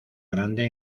grande